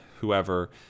whoever